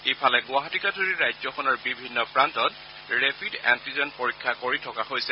ইফালে গুৱাহাটীকে ধৰি ৰাজ্যখনৰ বিভিন্ন প্ৰান্তত ৰেপিড এণ্টিজেন পৰীক্ষা কৰি থকা হৈছে